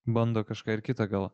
bando kažką ir kita gal